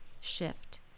shift